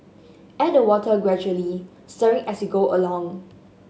add the water gradually stirring as you go along